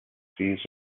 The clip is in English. fees